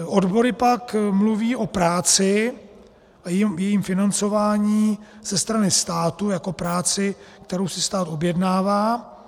Odbory pak mluví o práci, jejím financování ze strany státu, jako práci, kterou si stát objednává.